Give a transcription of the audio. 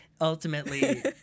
ultimately